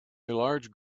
large